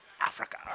Africa